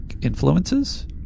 influences